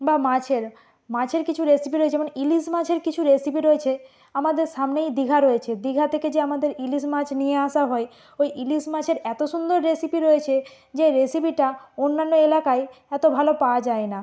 বা মাছের মাছের কিছু রেসিপি রয়েছে যেমন ইলিশ মাছের কিছু রেসিপি রয়েছে আমাদের সামনেই দীঘা রয়েছে দীঘা থেকে যে আমাদের ইলিশ মাছ নিয়ে আসা হয় ওই ইলিশ মাছের এত সুন্দর রেসিপি রয়েছে যে রেসিপিটা অন্যান্য এলাকায় এত ভালো পাওয়া যায় না